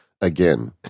again